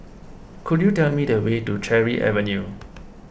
could you tell me the way to Cherry Avenue